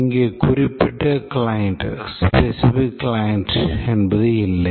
இங்கே குறிப்பிட்ட கிளையண்ட் இல்லை